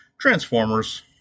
Transformers